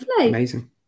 Amazing